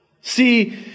See